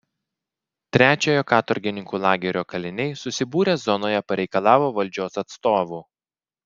trečiojo katorgininkų lagerio kaliniai susibūrę zonoje pareikalavo valdžios atstovų